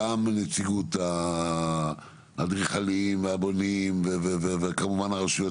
גם נציגות האדריכלים והבונים וכמובן הרשויות